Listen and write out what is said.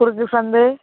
குறுக்கு சந்து